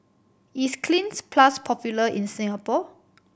is Cleanz Plus popular in Singapore